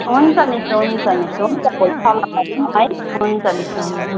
हुन्छ मिस हुन्छ मिस हुन्छ भोलि सल्लाह गरैँ न है हुन्छ मिस हुन्छ